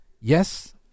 Yes